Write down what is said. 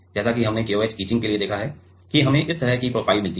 जैसा कि हमने KOH इचिंग के लिए देखा है कि हमें इस तरह की प्रोफ़ाइल मिलती है